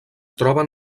troben